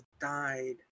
died